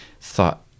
thought